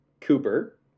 Cooper